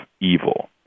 evil